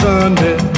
Sunday